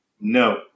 No